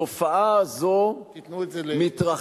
התופעה הזאת מתרחשת,